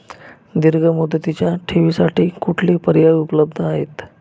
दीर्घ मुदतीच्या ठेवींसाठी कुठले पर्याय उपलब्ध आहेत?